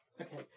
Okay